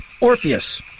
Orpheus